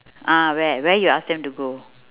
ah where where you ask them to go